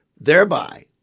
Thereby